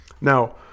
Now